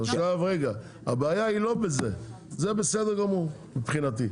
עכשיו, הבעיה היא לא בזה, זה בסדר גמור מבחינתי.